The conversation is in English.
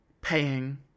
paying